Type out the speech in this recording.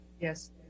Yes